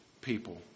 people